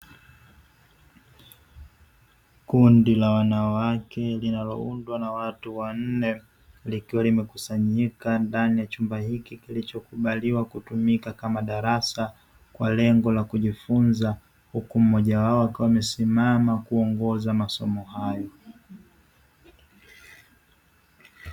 Kundi la wanawake linaloundwa na watu wanne, likiwa limekusanyika ndani ya chumba hiki kilichokubaliwa kutumika kama darasa kwa lengo la kujifunza, huku mmoja wao akiwa amesimama kuongoza masomo hayo.